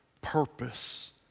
purpose